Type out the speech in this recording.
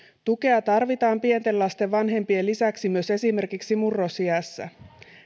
tukea tarvitaan pienten lasten vanhempien lisäksi myös esimerkiksi murrosiässä